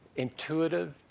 intuitive,